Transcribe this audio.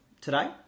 today